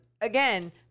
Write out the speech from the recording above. Again